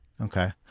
okay